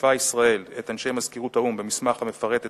שיתפה ישראל את אנשי מזכירות האו"ם במסמך המפרט את